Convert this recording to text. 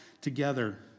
together